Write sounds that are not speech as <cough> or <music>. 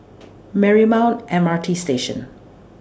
<noise> Marymount M R T Station